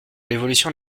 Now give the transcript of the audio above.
l’évolution